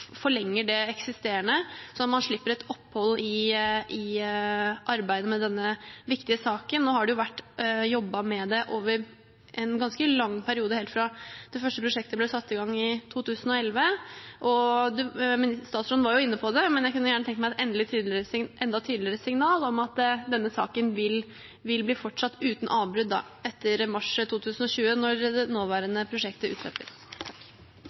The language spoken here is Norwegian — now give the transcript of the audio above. forlenger det eksisterende, så man slipper et opphold i arbeidet med denne viktige saken. Nå har det jo vært jobbet med det over en ganske lang periode, helt fra det første prosjektet ble satt i gang i 2011. Statsråden var jo inne på det, men jeg kunne gjerne tenkt meg et enda tydeligere signal om at denne saken vil bli fortsatt uten avbrudd etter mars 2020, når det nåværende prosjektet